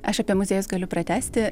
aš apie muziejus galiu pratęsti